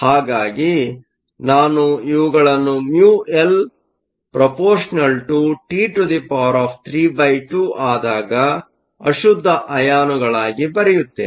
ಹಾಗಾಗಿ ನಾನು ಇವುಗಳನ್ನು μI α T32ಆದಾಗ ಅಶುದ್ಧ ಅಯಾನುಗಳಾಗಿ ಬರೆಯುತ್ತೇನೆ